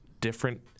different